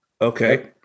Okay